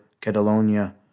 Catalonia